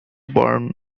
burn